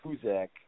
Kuzak